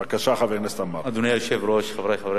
בבקשה, חבר הכנסת עמאר.